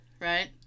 Right